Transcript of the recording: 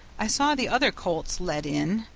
i saw the other colts led in,